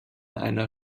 einer